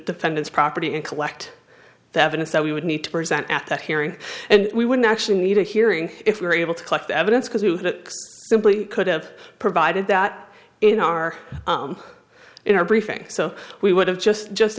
defendant's property and collect the evidence that we would need to present at that hearing and we wouldn't actually need a hearing if we were able to collect evidence because he simply could have provided that in our in our briefing so we would have just just